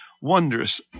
wondrous